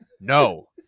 No